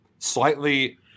Slightly